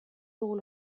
dugu